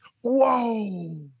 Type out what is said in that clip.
whoa